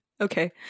Okay